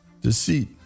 deceit